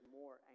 more